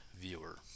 viewer